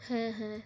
হ্যাঁ হ্যাঁ